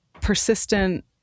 persistent